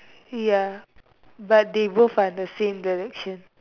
ya but they both are the same direction